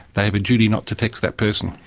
they have a duty not to text that person.